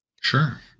Sure